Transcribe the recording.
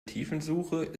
tiefensuche